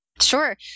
Sure